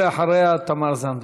ואחריה, תמר זנדברג.